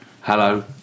Hello